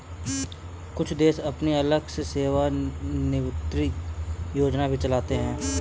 कुछ देश अपनी अलग से सेवानिवृत्त योजना भी चलाते हैं